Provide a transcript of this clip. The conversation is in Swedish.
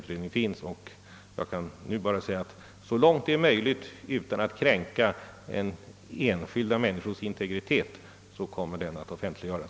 Utredningen föreligger emellertid, och den kommer, så långt det är möjligt utan att kränka enskilda människors integritet, att offentliggöras.